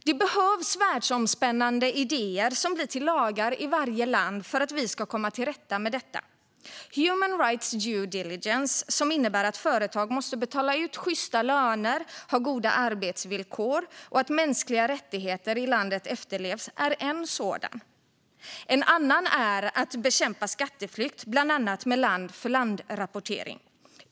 Det behövs världsomspännande idéer som blir till lagar i varje land för att vi ska komma till rätta med detta. Human rights due diligence, som innebär att företag måste betala ut sjysta löner och ha goda arbetsvillkor och att mänskliga rättigheter i landet efterlevs, är en sådan. En annan är att bekämpa skatteflykt, bland annat med land-för-land-rapportering.